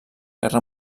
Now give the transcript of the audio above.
guerra